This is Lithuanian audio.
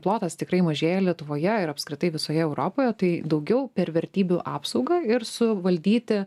plotas tikrai mažėja lietuvoje ir apskritai visoje europoje tai daugiau per vertybių apsaugą ir suvaldyti